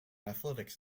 athletics